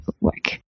work